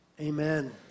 amen